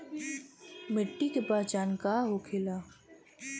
मिट्टी के पहचान का होखे ला?